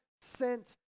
sent